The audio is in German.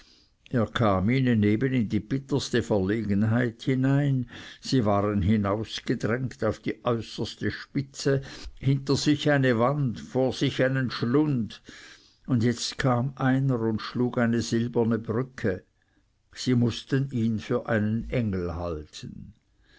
er kam ihnen eben in die bitterste verlegenheit hinein sie waren hinausgedrängt auf die äußerste spitze hinter sich eine wand vor sich einen schlund und jetzt kam einer und schlug eine silberne brücke sie mußten ihn für einen engel halten